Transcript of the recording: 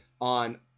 on